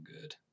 good